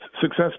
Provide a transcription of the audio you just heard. success